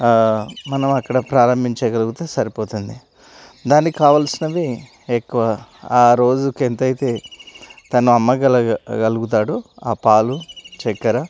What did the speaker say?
మనం అక్కడ ప్రారంభించగలిగితే సరిపోతుంది దానికి కావలసినవి ఎక్కువ ఆ రోజుకి ఎంతైతే తను అమ్మగలుగుతాడో ఆ పాలు చక్కెర